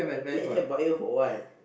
then in the end bio for what